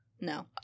no